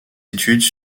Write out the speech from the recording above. études